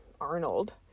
Arnold